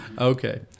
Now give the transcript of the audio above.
Okay